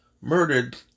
murdered